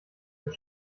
der